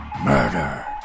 Murder